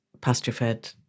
pasture-fed